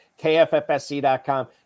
kffsc.com